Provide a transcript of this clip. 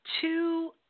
two